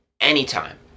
anytime